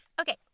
Okay